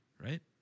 Right